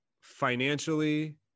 financially